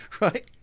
Right